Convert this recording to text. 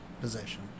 possession